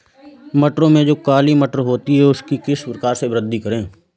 मटरों में जो काली मटर होती है उसकी किस प्रकार से वृद्धि करें?